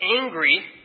angry